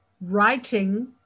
writing